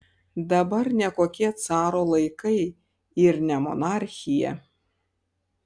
dabar ne kokie caro laikai ir ne monarchija